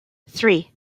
three